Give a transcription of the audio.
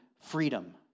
freedom